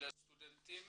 לסטודנטים